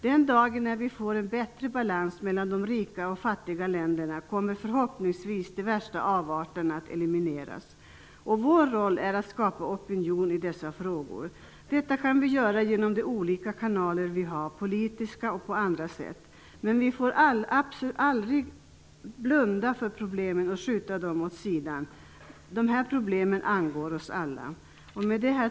Den dagen vi får en bättre balans mellan de rika och de fattiga länderna kommer förhoppningsvis de värsta avarterna att eliminieras. Vår roll är att skapa opinion i dessa frågor. Detta kan vi göra genom de olika kanaler vi har, politiskt och på andra sätt. Men vi får aldrig blunda för problemen och skjuta dem åt sidan. Dessa problem angår oss alla. Herr talman!